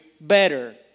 better